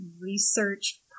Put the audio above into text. research